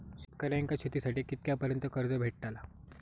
शेतकऱ्यांका शेतीसाठी कितक्या पर्यंत कर्ज भेटताला?